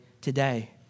today